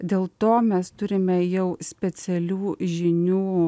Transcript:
dėl to mes turime jau specialių žinių